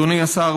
אדוני השר,